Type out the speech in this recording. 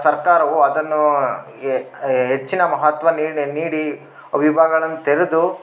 ಸರ್ಕಾರವು ಅದನ್ನು ಹೆಚ್ಚಿನ ಮಹತ್ವ ನೀಡಿ ನೀಡಿ ವಿಭಾಗಗಳನ್ನು ತೆರೆದು